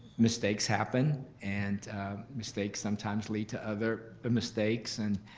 mistakes happen, and mistakes sometimes lead to other ah mistakes. and